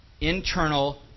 internal